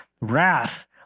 wrath